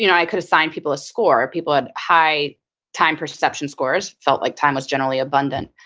you know i could assign people a score. people had high time perception scores, felt like time was generally abundant.